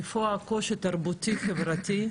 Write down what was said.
איפה הקושי התרבותי חברתי,